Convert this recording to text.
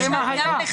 תראה מה היה.